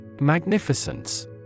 Magnificence